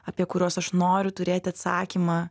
apie kuriuos aš noriu turėti atsakymą